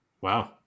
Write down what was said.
Wow